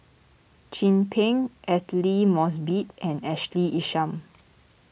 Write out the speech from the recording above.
Chin Peng Aidli Mosbit and Ashley Isham